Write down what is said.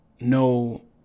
no